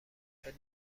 اپل